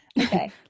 Okay